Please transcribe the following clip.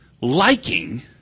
liking